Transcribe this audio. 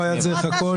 לא אתה שאמרת